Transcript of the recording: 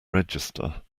register